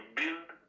build